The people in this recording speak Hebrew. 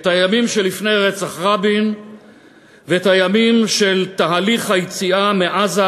את הימים שלפני רצח רבין ואת הימים של תהליך היציאה מעזה,